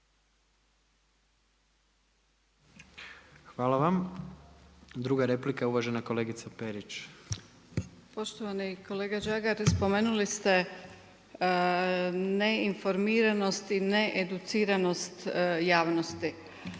Hvala vam. Druga replika uvažena kolegica Perić. **Perić, Grozdana (HDZ)** Poštovani kolega Žagar, spomenuli ste neinformiranost i needuciranost javnosti.